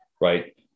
Right